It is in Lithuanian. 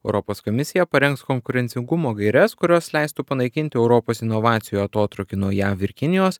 europos komisija parengs konkurencingumo gaires kurios leistų panaikinti europos inovacijų atotrūkį nuo jav ir kinijos